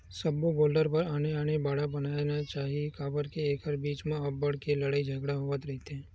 सब्बो गोल्लर बर आने आने बाड़ा बनाना चाही काबर के एखर बीच म अब्बड़ के लड़ई झगरा होवत रहिथे